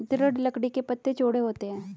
दृढ़ लकड़ी के पत्ते चौड़े होते हैं